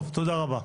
טוב, תודה רבה.